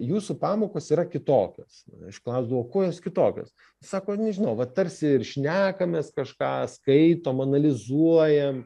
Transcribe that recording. jūsų pamokos yra kitokios aš klausdavau kuo jos kitokios sako nežinau va tarsi ir šnekamės kažką skaitom analizuojam